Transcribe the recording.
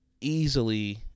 easily